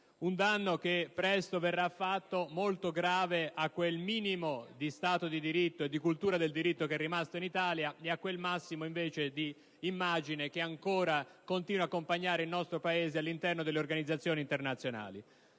grave che presto verrà fatto a quel minimo di Stato di diritto e di cultura del diritto che è rimasta in Italia e a quel massimo, invece, di immagine che ancora continua ad accompagnare il nostro Paese all'interno delle organizzazioni internazionali.